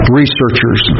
researchers